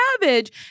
cabbage